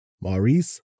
Maurice